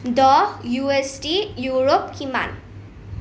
দহ U S D ইউৰোত কিমান